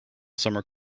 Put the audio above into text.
summer